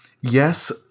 yes